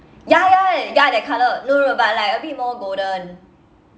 ya ya ya that colour no no no but like a bit more golden